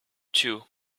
two